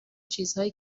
چیزهایی